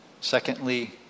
Secondly